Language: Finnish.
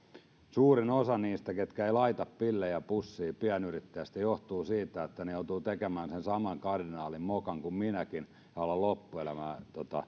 suurimmalla osalla niistä pienyrittäjistä ketkä eivät laita pillejä pussiin syy siihen johtuu siitä että he joutuvat tekemään sen saman kardinaalimokan kuin minäkin ja olemaan loppuelämän